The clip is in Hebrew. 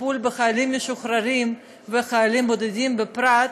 טיפול בחיילים משוחררים וחיילים בודדים בפרט: